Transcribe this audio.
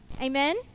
Amen